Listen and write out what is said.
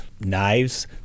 knives